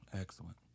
excellent